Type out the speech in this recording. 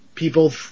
People